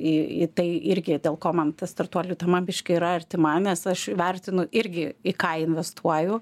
į į tai irgi dėl ko man ta startuolių tema biškį yra arti manęs aš vertinu irgi į ką investuoju